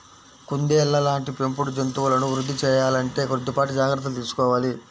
కుందేళ్ళ లాంటి పెంపుడు జంతువులను వృద్ధి సేయాలంటే కొద్దిపాటి జాగర్తలు తీసుకోవాలి